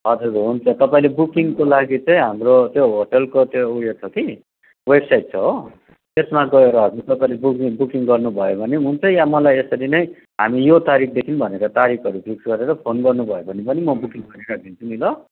हजुर हुन्छ तपाईँले बुकिङको लागि चाहिँ हाम्रो त्यो होटेलको त्यो उयो छ कि वेबसाइट छ हो त्यसमा गएर हजुर तपाईँले बु बुकिङ गर्नु भयो भने हुन्छ वा मलाई यसरी नै हामी यो तारिकदेखि भनेर तारिकहरू फिक्स गरेर फोन गर्नु भयो भने पनि म बुकिङ गरिराखि दिन्छु नि ल